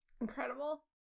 Incredible